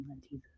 Jesus